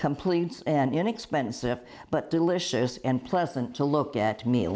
completes an inexpensive but delicious and pleasant to look at me